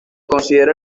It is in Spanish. considera